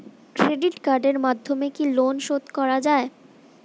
Credit কার্ডের মাধ্যমে কি লোন শোধ করা যায়?